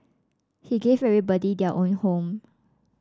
he gave everybody their own home